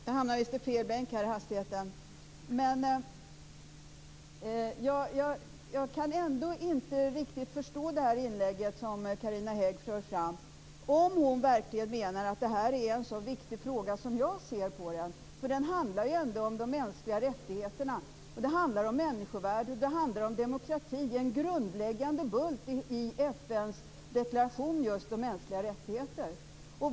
Fru talman! Jag kan ändå inte riktigt förstå det inlägg som Carina Hägg här gör om hon verkligen menar att detta är en så viktig fråga som jag anser att den är. Den handlar ändå om de mänskliga rättigheterna. Det handlar om människovärde, och det handlar om demokrati. Det är en grundläggande bult i FN:s deklaration om just mänskliga rättigheter.